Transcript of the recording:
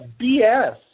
BS